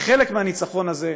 כחלק מהניצחון הזה,